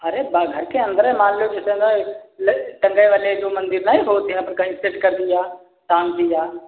अरे घर के अंदरै मान लेओ जैसे मै टँगै वाले जो मन्दिर नहीं होते इहैं अपन कहीं सेट कर दिया टाँग दिया